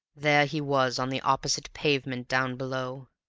there he was on the opposite pavement down below.